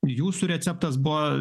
jūsų receptas buvo